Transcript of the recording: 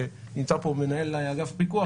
נמצא פה מנהל אגף פיקוח.